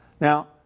Now